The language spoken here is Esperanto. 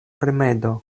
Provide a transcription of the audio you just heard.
rimedo